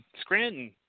Scranton